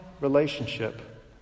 relationship